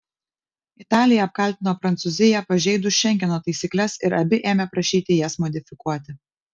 italija apkaltino prancūziją pažeidus šengeno taisykles ir abi ėmė prašyti jas modifikuoti